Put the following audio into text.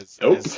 Nope